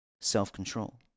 self-control